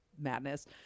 madness